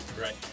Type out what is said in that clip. Right